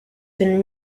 been